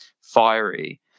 fiery